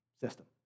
system